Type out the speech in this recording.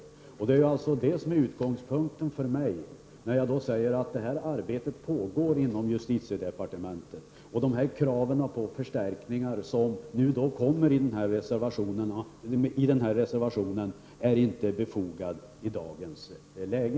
Arbetet pågår just nu i justitiedepartementet, och de krav på förstärkningar som förs fram i reservationen är inte befogade i dagens läge.